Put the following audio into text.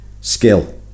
skill